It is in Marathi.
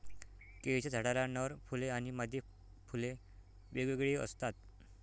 केळीच्या झाडाला नर फुले आणि मादी फुले वेगवेगळी असतात